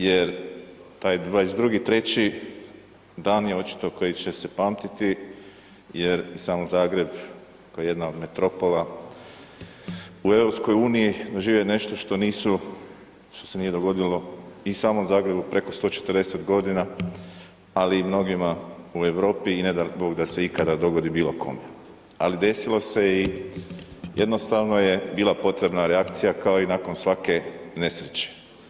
Jer 22.3. dan je očito koji će se pamtiti, jer samo Zagreb koji je jedna od metropola u EU doživio je nešto što nisu, što se nije dogodilo ni samom Zagrebu preko 140 godina, ali i mnogima u Europi i ne da Bog da se ikada dogodi bilo kome, ali desilo se i jednostavno je bila potrebna reakcija kao i nakon svake nesreće.